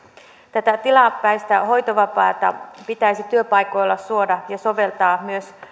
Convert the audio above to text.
tätä tilapäistä hoitovapaata pitäisi työpaikoilla suoda ja soveltaa myös